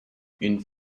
une